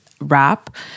rap